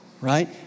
Right